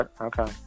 okay